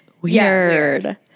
Weird